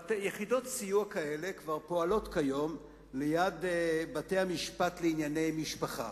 יחידות סיוע כאלה כבר פועלות כיום ליד בתי-המשפט לענייני משפחה,